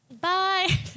Bye